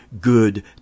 good